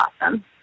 awesome